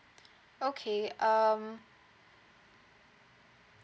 okay um